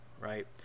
right